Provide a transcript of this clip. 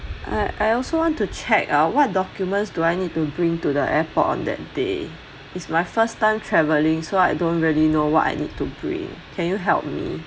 I I also want to check ah what documents do I need to bring to the airport on that day it's my first time travelling so I don't really know what I need to bring can you help me